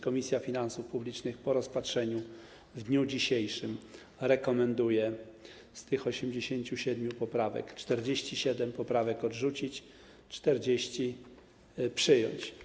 Komisja Finansów Publicznych po rozpatrzeniu w dniu dzisiejszym rekomenduje z tych 87 poprawek 47 poprawek odrzucić, 40 - przyjąć.